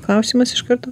klausimas iš karto